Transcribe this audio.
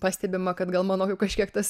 pastebima kad gal mano kažkiek tas